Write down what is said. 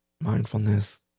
Mindfulness